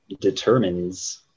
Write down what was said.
Determines